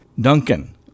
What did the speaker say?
Duncan